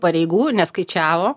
pareigų neskaičiavo